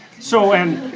so, and,